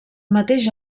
mateix